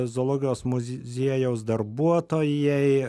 zoologijos muziejaus darbuotojai